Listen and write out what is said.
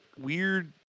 weird